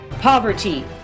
Poverty